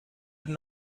even